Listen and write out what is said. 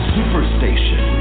Superstation